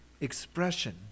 expression